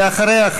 ואחריה,